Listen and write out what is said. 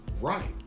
Right